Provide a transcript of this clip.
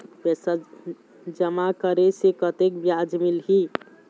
पैसा जमा करे से कतेक ब्याज मिलही?